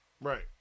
Right